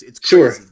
Sure